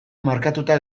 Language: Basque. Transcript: markatuta